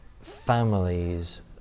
families